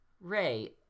Ray